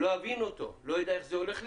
אבין אותו ולא אדע איך זה הולך לקרות.